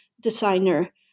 designer